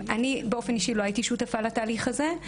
אני באופן אישי לא הייתי שותפה לתהליך הזה,